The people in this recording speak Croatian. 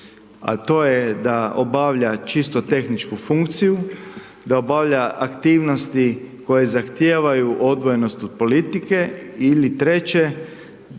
A to je da obavlja čisto tehničku funkciju, da obavlja aktivnosti koji zahtijevaju odvojenost od politike ili treće